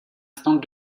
stand